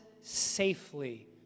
safely